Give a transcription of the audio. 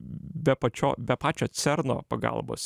be pačio be pačio cerno pagalbos